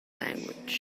language